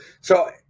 So-